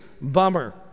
Bummer